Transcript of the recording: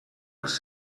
els